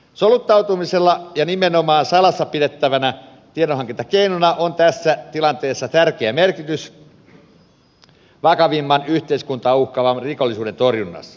soluttautumisella nimenomaan salassa pidettävänä tiedonhankintakeinona on tässä tilanteessa tärkeä merkitys vakavimman yhteiskuntaa uhkaavan rikollisuuden torjunnassa